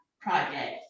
project